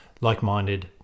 like-minded